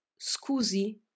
Scusi